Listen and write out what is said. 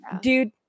dude